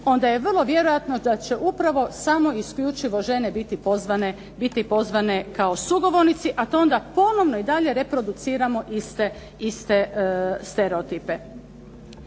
onda je vrlo vjerojatno da će upravo samo i isključivo žene biti pozvane kao sugovornici, a to onda ponovno i dalje reproduciramo iste stereotipe.